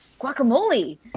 guacamole